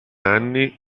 anni